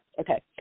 Okay